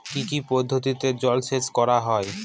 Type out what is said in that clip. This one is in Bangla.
কি কি পদ্ধতিতে জলসেচ করা হয়?